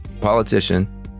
politician